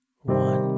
One